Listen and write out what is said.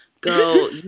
go